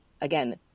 again